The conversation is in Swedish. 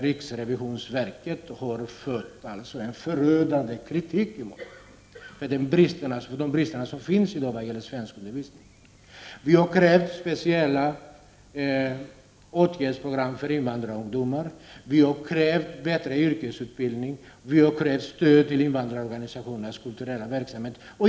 Riksrevisionsverket har ju riktat förödande kritik mot de brister som i dag finns när det gäller svenskundervisningen. Vi har krävt speciella åtgärdsprogram för invandrarungdomar, bättre yrkesutbildning och stöd till invandrarorganisationernas kulturella verksamhet.